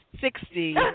Sixty